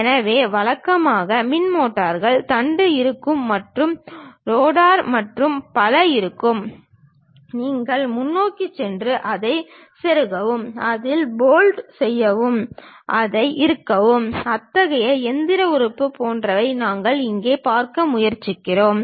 எனவே வழக்கமான மின் மோட்டார்கள் தண்டு இருக்கும் மற்றும் ரோட்டார் மற்றும் பல இருக்கும் நீங்கள் முன்னோக்கிச் சென்று அதை செருகவும் அதில் போல்ட் செய்யவும் அதை இறுக்கவும் அத்தகைய இயந்திர உறுப்பு போன்றவற்றை நாங்கள் இங்கே பார்க்க முயற்சிக்கிறோம்